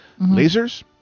lasers